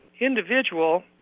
individual